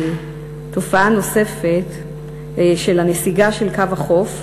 תופעה נוספת של הנסיגה של קו החוף,